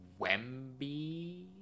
Wemby